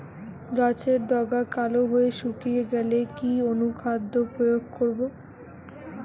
গাছের ডগা কালো হয়ে শুকিয়ে গেলে কি অনুখাদ্য প্রয়োগ করব?